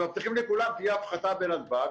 ומבטיחים לכולם שתהיה הפחתה בנתב"ג.